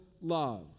love